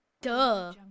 Duh